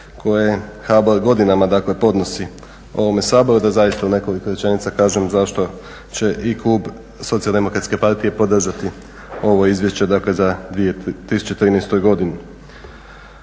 koje HBOR godinama dakle podnosi ovome Saboru da zaista u nekoliko rečenica kažem zašto će i klub Socijal-demokratske partije podržati ovo izvješće dakle za 2013. godinu.